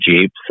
Jeeps